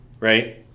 Right